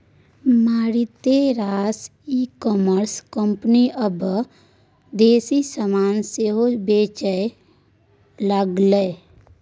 मारिते रास e-commerce company आब देसी समान सेहो बेचय लागलै